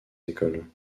écoles